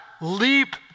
leap